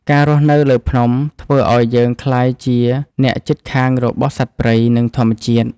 ការរស់នៅលើភ្នំធ្វើឱ្យយើងក្លាយជាអ្នកជិតខាងរបស់សត្វព្រៃ និងធម្មជាតិ។